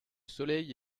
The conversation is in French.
soleil